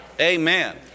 Amen